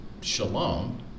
Shalom